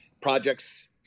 projects